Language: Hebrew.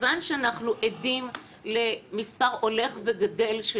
מכיוון שאנחנו עדים למספר הולך וגדל של